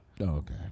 Okay